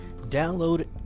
Download